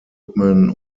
rhythmen